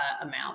amount